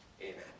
Amen